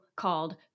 called